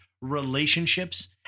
Relationships